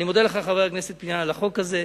אני מודה לך, חבר הכנסת פיניאן, על החוק הזה.